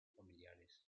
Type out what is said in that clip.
familiares